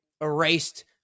erased